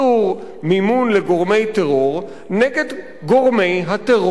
לגורמי טרור נגד גורמי הטרור שפועלים,